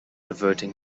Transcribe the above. averting